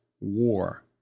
war